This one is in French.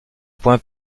point